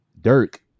Dirk